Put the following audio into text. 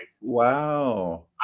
wow